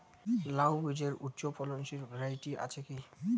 লাউ বীজের উচ্চ ফলনশীল ভ্যারাইটি আছে কী?